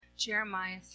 Jeremiah